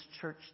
church